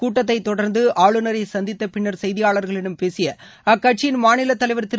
கூட்டத்தை தொடர்ந்து ஆளுநரை சந்தித்த பின்னர் செய்தியாளர்களிடம் பேசிய அக்கட்சியின் மாநிலத் தலைவர் திரு